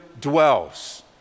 dwells